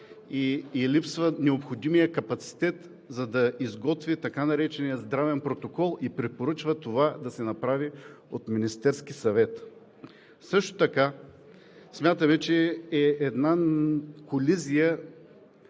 ѝ липсва необходимият капацитет, за да изготви така наречения здравен протокол, и препоръчва това да се направи от Министерския съвет. Също така смятаме, че е една колизия